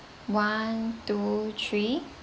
one two three